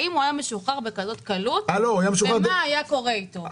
האם הוא היה משוחרר בכזאת קלות ומה היה קורה אתו?